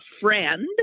friend